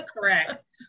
Correct